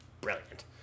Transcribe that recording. Brilliant